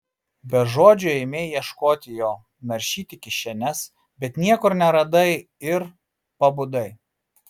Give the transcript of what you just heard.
be žodžių ėmei ieškoti jo naršyti kišenes bet niekur neradai ir pabudai